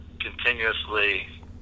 continuously